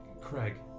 Craig